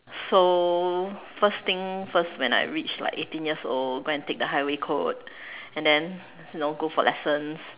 so first thing first when I reach like eighteen years old go and take the highway code and then know go for lessons